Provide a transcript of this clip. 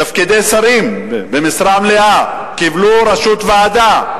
תפקידי שרים במשרה מלאה, וקיבלו ראשות ועדה.